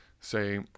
say